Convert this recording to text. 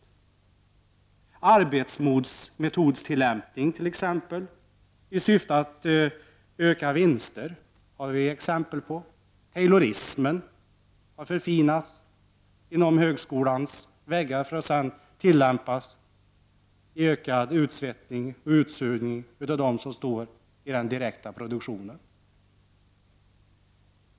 Det finns exempel på arbetsmetodstillämpning som syftar till att öka vinsterna. Taylorismen har förfinats inom högskolans väggar för att sedan tillämpas i ökad utsvettning och utsugning av dem som arbetar i den direkta produktionen.